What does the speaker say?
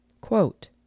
Quote